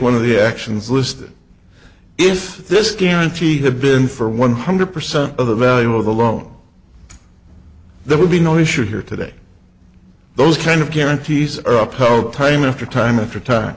one of the actions listed if this guarantee had been for one hundred percent of the value of the loan there would be no issue here today those kind of guarantees are upheld time after time after time